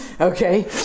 Okay